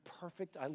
perfect